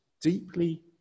deeply